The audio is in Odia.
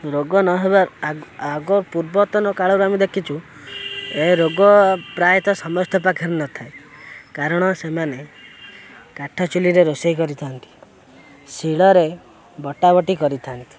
ରୋଗ ନହେବା ଆଗ ପୂର୍ବତନ କାଳରୁ ଆମେ ଦେଖିଛୁ ଏ ରୋଗ ପ୍ରାୟତଃ ସମସ୍ତ ପାଖରେ ନଥାଏ କାରଣ ସେମାନେ କାଠ ଚୁଲିରେ ରୋଷେଇ କରିଥାନ୍ତି ଶିଳରେ ବଟାବଟି କରିଥାନ୍ତି